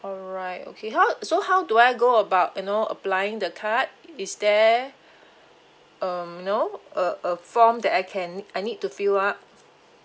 alright okay how so how do I go about you know applying the card is there um you know a a form that I can I need to fill up